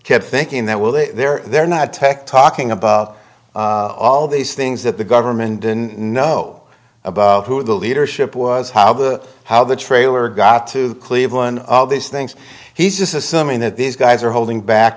kept thinking that well they're they're not tech talking about all these things that the government didn't know about who the leadership was how the how the trailer got to cleveland all these things he's just assuming that these guys are holding back